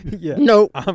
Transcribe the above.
Nope